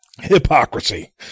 hypocrisy